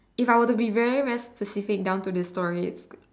if I were to be very very specific down to the story